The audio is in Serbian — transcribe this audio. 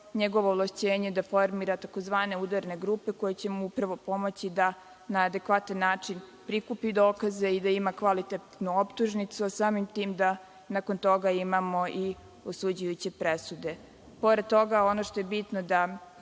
njegovo ovlašćenje da formira takozvane udarne grupe koje će mu upravo pomoći da na adekvatan način prikupi dokaze i da ima kvalitetnu optužnicu, a samim tim da nakon toga imamo i osuđujuće presude. Pored